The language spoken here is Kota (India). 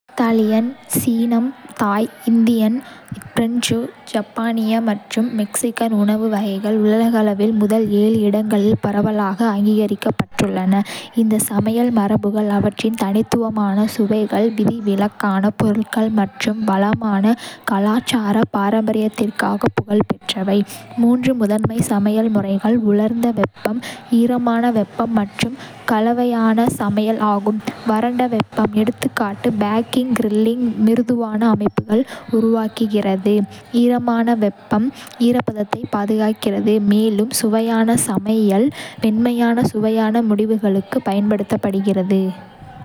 தாலியன், சீனம், Thai, Indian, French, ஜப்பானிய மற்றும் மெக்சிகன் உணவு வகைகள் உலகளவில் முதல் ஏழு இடங்களில் பரவலாக அங்கீகரிக்கப்பட்டுள்ளன. இந்த சமையல் மரபுகள் அவற்றின் தனித்துவமான சுவைகள், விதிவிலக்கான பொருட்கள் மற்றும் வளமான கலாச்சார பாரம்பரியத்திற்காக புகழ்பெற்றவை. மூன்று முதன்மை சமையல் முறைகள் உலர்ந்த வெப்பம், ஈரமான வெப்பம் மற்றும் கலவையான சமையல் ஆகும். வறண்ட வெப்பம் எ.கா., பேக்கிங், கிரில்லிங் மிருதுவான அமைப்புகளை உருவாக்குகிறது, ஈரமான வெப்பம் ஈரப்பதத்தைப் பாதுகாக்கிறது, மேலும் கலவையான சமையல் மென்மையான, சுவையான முடிவுகளுக்குப் பயன்படுத்துகிறது.